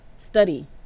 study